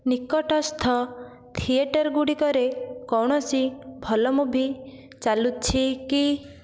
ନିକଟସ୍ଥ ଥିଏଟର ଗୁଡ଼ିକରେ କୌଣସି ଭଲ ମୁଭି ଚାଲୁଛି କି